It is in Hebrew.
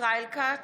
ישראל כץ,